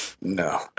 no